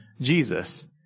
Jesus